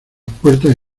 puertas